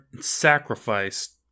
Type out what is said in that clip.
sacrificed